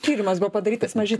tyrimas buvo padarytas maži